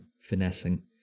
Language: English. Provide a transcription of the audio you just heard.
finessing